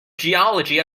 geology